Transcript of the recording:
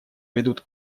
ведут